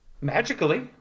magically